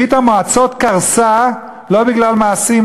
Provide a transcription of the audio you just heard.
ברית-המועצות קרסה לא בגלל מעשים,